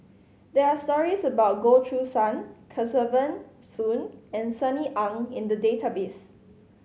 there are stories about Goh Choo San Kesavan Soon and Sunny Ang in the database